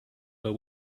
but